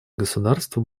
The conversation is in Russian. государств